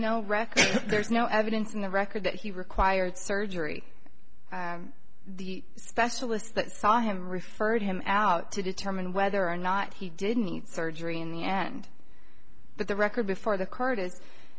record there's no evidence in the record that he required surgery the specialists that saw him referred him out to determine whether or not he didn't need surgery in the end but the record before the court is